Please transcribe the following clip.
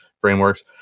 frameworks